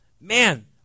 Man